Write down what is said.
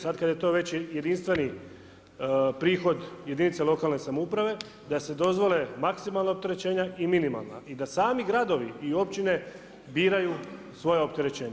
Sad kad je to već jedinstveni prihod jedinice lokalne samouprave, da se dozvole maksimalna opterećenja i minimalna i da sami gradovi i općine biraju svoja opterećenja.